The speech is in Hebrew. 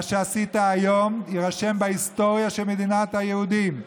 מה שעשית היום יירשם בהיסטוריה של מדינת היהודים,